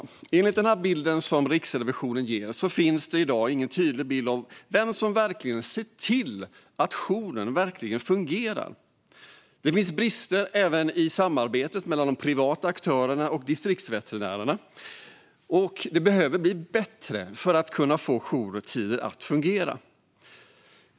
Enligt den bild som Riksrevisionen ger finns i dag ingen tydlig bild av vem som ser till att jouren verkligen fungerar. Det finns brister även i samarbetet mellan privata aktörer och Distriktsveterinärerna. Det behöver bli bättre för att få jourtiderna att fungera.